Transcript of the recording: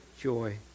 joy